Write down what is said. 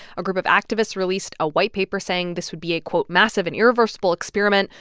a group of activists released a white paper saying this would be a, quote, massive and irreversible experiment.